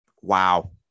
Wow